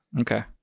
Okay